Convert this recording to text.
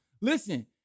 Listen